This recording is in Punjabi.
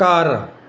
ਘਰ